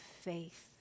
faith